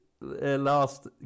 last